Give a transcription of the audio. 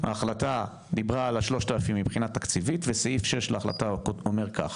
ההחלטה דיברה על 3,000 מבחינה תקציבית וסעיף שש להחלטה אומר כך,